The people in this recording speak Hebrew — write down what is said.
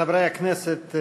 חברי הכנסת,